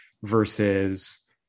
versus